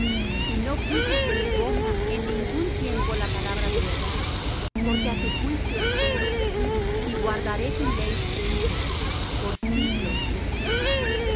y no quites de mi boca en nigún tiempo la palabra de verdad porque á tu juicio espero y guardaré tu ley siempre por siglo de siglo